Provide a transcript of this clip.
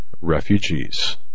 refugees